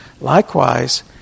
Likewise